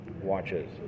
watches